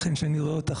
לכן כשאני רואה אותך,